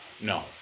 No